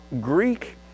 Greek